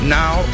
now